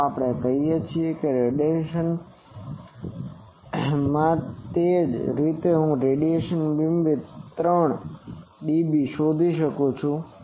ચાલો આપણે કહીએ કે તે રેડિયનમાં છે તે જ રીતે હું રેડિયનમાં બીમવિડ્થ 3 3dBH શોધી શકું છું